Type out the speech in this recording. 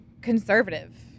conservative